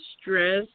stress